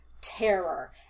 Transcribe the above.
terror